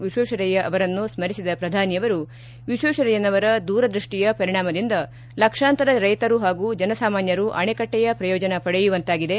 ವಿಶ್ವೇಶ್ವರಯ್ಯ ಅವರನ್ನೂ ಸ್ಮರಿಸಿದ ಪ್ರಧಾನಿ ಅವರು ವಿಶ್ವೇಶ್ವರಯ್ಯನವರ ದೂರದೃಷ್ಟಿಯ ಪರಿಣಾಮದಿಂದ ಲಕ್ಷಾಂತರ ರೈತರು ಹಾಗೂ ಜನಸಾಮನ್ಯರು ಅಣೆಕಟ್ಟೆಯ ಪ್ರಯೋಜನ ಪಡೆಯುವಂತಾಗಿದೆ